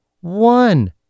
one